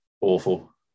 awful